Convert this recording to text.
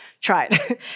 tried